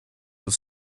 but